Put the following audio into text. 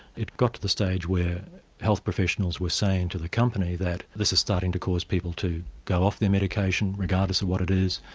it got to the stage where health professionals were saying to the company that this is starting to cause people to go off their medication regardless of what it is,